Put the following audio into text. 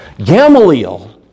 Gamaliel